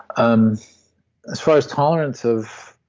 um as far as tolerance of